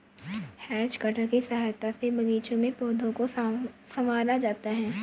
has cutter की सहायता से बागीचों में पौधों को सँवारा जाता है